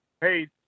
Hey